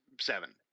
Seven